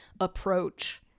approach